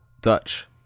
dutch